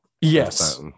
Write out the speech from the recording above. Yes